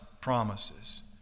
promises